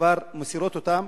כבר מסירות אותם,